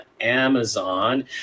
Amazon